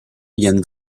yann